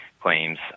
claims